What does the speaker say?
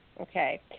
okay